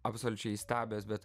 absoliučiai įstabios bet